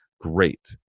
Great